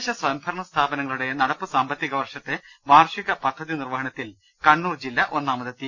തദ്ദേശ സ്വയംഭരണ സ്ഥാപനങ്ങളുടെ നടപ്പു സാമ്പത്തിക വർഷത്തെ വാർഷികപദ്ധതി നിർവഹണത്തിൽ കണ്ണൂർ ജില്ല ഒന്നാമതെ ത്തി